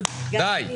די.